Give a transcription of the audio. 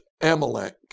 Amalek